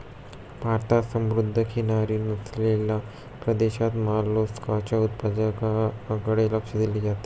भारतात समुद्रकिनारी नसलेल्या प्रदेशात मोलस्काच्या उत्पादनाकडे लक्ष दिले जाते